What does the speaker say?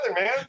man